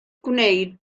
gwneud